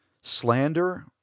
slander